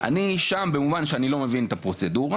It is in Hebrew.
אני שם במובן שאני לא מבין את הפרוצדורה,